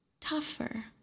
tougher